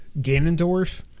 Ganondorf